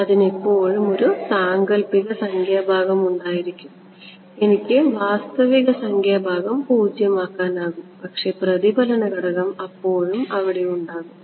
അതിനെപ്പോഴും ഒരു സാങ്കല്പിക സംഖ്യാഭാഗം ഉണ്ടായിരിക്കും എനിക്ക് വാസ്തവിക സംഖ്യാഭാഗം 0 ആക്കാനാകും പക്ഷേ പ്രതിഫലന ഘടകം അപ്പോഴും അവിടെ ഉണ്ടാകും